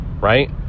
right